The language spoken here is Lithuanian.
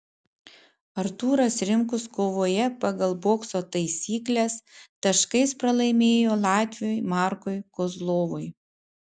artūras rimkus kovoje pagal bokso taisykles taškais pralaimėjo latviui markui kozlovui